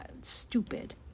stupid